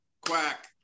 quack